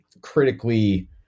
critically